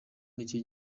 nicyo